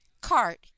cart